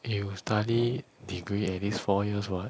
you will study degree at least four years what